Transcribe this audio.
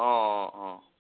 অঁ অঁ অঁ